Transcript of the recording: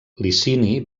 licini